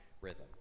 Rhythm